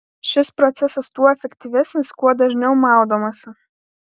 šis procesas tuo efektyvesnis kuo dažniau maudomasi